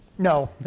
No